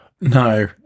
No